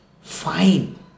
fine